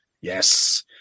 Yes